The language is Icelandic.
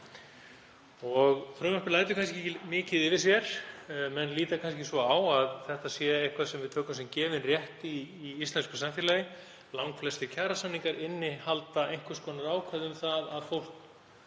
Frumvarpið lætur kannski ekki mikið yfir sér. Menn líta kannski svo á að þetta sé eitthvað sem við tökum sem gefinn rétt í íslensku samfélagi. Langflestir kjarasamningar innihalda einhvers konar ákvæði um það að fólk